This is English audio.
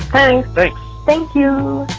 thank thank you.